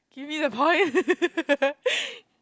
give me the point